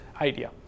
idea